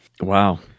Wow